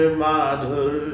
madhur